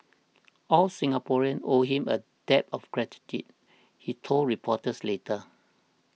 all Singaporeans owe him a debt of gratitude he told reporters later